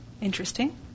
interesting